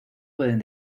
pueden